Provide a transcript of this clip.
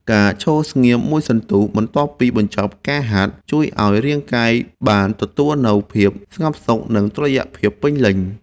ការឈរស្ងៀមមួយសន្ទុះបន្ទាប់ពីបញ្ចប់ការហាត់ ជួយឱ្យរាងកាយបានទទួលនូវភាពស្ងប់សុខ និងតុល្យភាពពេញលេញ។